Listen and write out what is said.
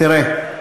תראה,